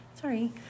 Sorry